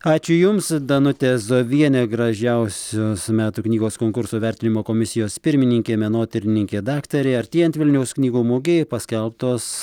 ačiū jums danutė zovienė gražiausios metų knygos konkurso vertinimo komisijos pirmininkė menotyrininkė daktarė artėjant vilniaus knygų mugei paskelbtos